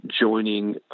joining